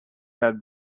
had